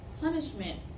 punishment